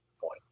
point